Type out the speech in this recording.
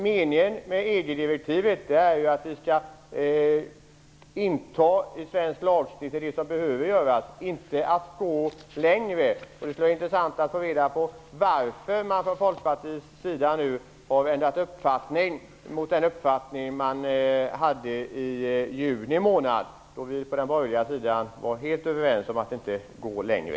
Meningen med EG-direktivet är att vi skall ta in i svensk lagstiftning det som behöver göras, men inte att gå längre. Det skulle vara intressant att få reda på varför man från Folkpartiets sida nu har ändrat uppfattning i förhållande till vad man hade i juni månad, då vi på den borgerliga sidan var helt överens om att inte gå längre.